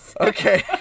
Okay